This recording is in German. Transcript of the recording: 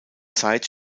zeit